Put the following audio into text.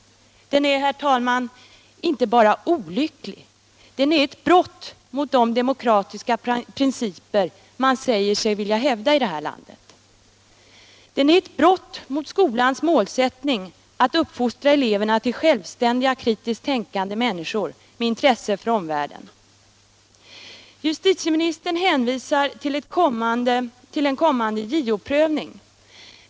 Den är, herr talman, inte bara olycklig, den är ett brott mot alla de demokratiska principer man säger sig vilja hävda i detta land. Den är ett brott mot skolans målsättning att uppfostra eleverna till självständiga kritiskt tänkande människor med intresse för omvärlden. Justitieministern hänvisar till en kommande JO-prövning.